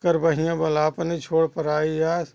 कर बहियाँ वलाप न छोड़ प्रयास